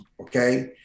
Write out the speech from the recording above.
okay